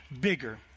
bigger